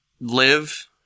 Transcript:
live